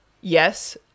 yes